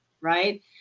right